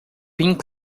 pink